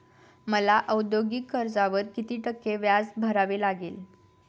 मला औद्योगिक कर्जावर किती टक्के व्याज भरावे लागेल?